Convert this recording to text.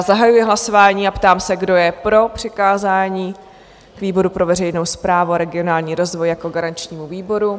Zahajuji hlasování a ptám se, kdo je pro přikázání výboru pro veřejnou správu a regionální rozvoj jako garančnímu výboru?